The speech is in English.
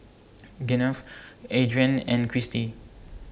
Gwyneth Adrianne and Cristi